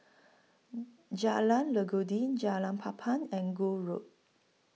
Jalan Legundi Jalan Papan and Gul Road